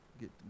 get